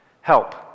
Help